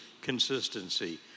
consistency